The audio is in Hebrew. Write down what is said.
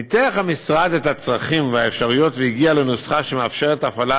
ניתח המשרד את הצרכים והאפשרויות והגיע לנוסחה שמאפשרת הפעלה